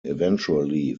eventually